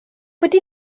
wedi